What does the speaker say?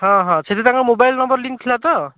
ହଁ ହଁ ସେଥିରେ ତାଙ୍କ ମୋବାଇଲ୍ ନମ୍ବର ଲିଙ୍କ୍ ଥିଲା ତ